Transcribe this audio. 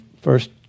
first